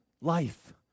life